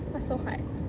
what's so hard